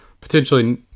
potentially